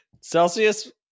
Celsius